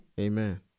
Amen